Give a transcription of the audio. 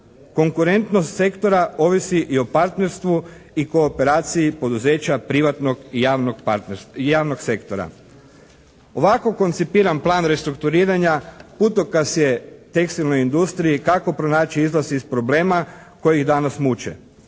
Konkurentnost sektora ovisi i o partnerstvu i kooperaciji poduzeća privatnog i javnog sektora. Ovako koncipiran plan restrukturiranja putokaz je tekstilne industrije i kako pronaći izlaz iz problema koji ih danas muče.